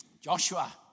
Joshua